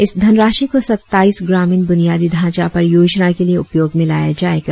इस धनराशी को सत्ताईश ग्रामीण ब्रनियादी ढांचा परियोजना के लिए उपयोग में लाया जाएगा